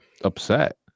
upset